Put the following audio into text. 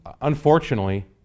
unfortunately